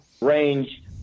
range